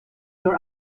your